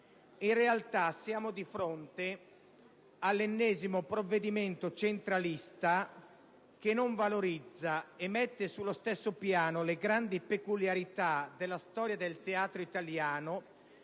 In realtà, siamo di fronte all'ennesimo provvedimento centralista che non valorizza e mette sullo stesso piano le grandi peculiarità della storia del teatro italiano,